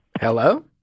Hello